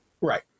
Right